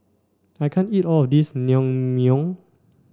I can't eat all of this Naengmyeon